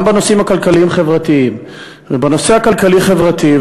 גם בנושאים הכלכליים-חברתיים,